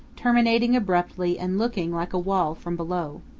terminating abruptly and looking like a wall from below.